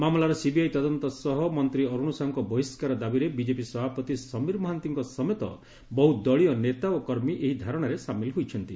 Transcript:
ମାମଲାର ସିବିଆଇ ତଦନ୍ତ ସହ ମନ୍ତୀ ଅରୁଣ ସାହୁଙ୍କ ବହିଷାର ଦାବିରେ ବିଜେପି ସଭାପତି ସମୀର ମହାନ୍ତିଙ୍କ ସମେତ ବହୁ ଦଳୀୟ ନେତା ଓ କର୍ମୀ ଏହି ଧାରଣାରେ ସାମିଲ ହୋଇଛନ୍ତି